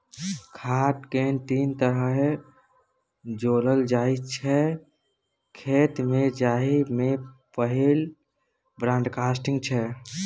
खाद केँ तीन तरहे जोरल जाइ छै खेत मे जाहि मे पहिल ब्राँडकास्टिंग छै